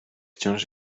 wciąż